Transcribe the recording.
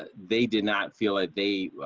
ah they did not feel like they